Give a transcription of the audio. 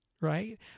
right